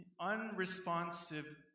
Unresponsive